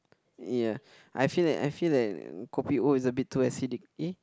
ya I feel that I feel that kopi O is a bit too acidic eh